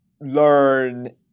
learn